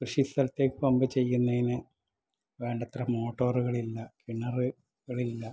കൃഷി സ്ഥലത്തേക്ക് പമ്പ് ചെയ്യുന്നതിന് വേണ്ടത്ര മോട്ടോറുകളില്ല കിണറുകളില്ല